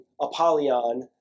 Apollyon